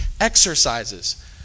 exercises